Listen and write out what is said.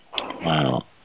Wow